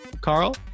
Carl